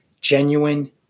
genuine